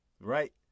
Right